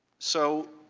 so